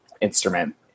instrument